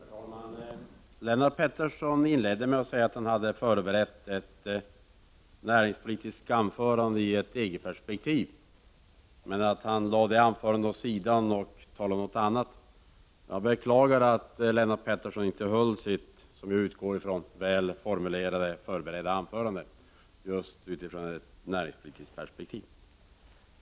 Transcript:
Herr talman! Lennart Pettersson inledde med att säga att han hade förberett ett näringspolitiskt anförande i EG-perspektiv men att han lade det anförandet åt sidan och talade om något annat. Jag beklagar att Lennart Pettersson inte höll sitt, som jag utgår från, väl formulerade, förberedda anförande just utifrån näringspolitiskt perspektiv.